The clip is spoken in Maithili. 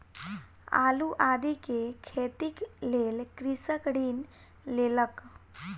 आलू आदि के खेतीक लेल कृषक ऋण लेलक